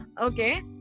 Okay